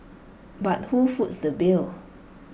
but who foots the bill